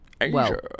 Asia